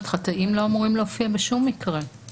חטאים לא אמורים להופיע בשום מקרה,